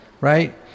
Right